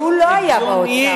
כשהוא לא היה באוצר,